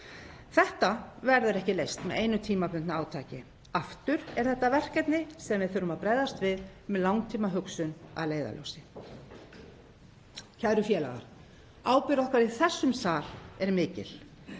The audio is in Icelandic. Þetta verður ekki leyst með einu tímabundnu átaki. Aftur er þetta verkefni sem við þurfum að bregðast við með langtímahugsun að leiðarljósi. Kæru félagar Ábyrgð okkar í þessum sal er mikil.